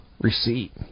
receipt